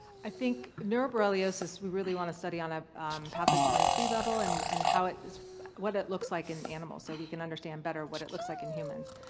i think neuroborreliosis we really want to study on a pathogenesti level and and how it. what it looks like in animals so we could understand better what it looks like in humans.